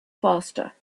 faster